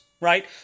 right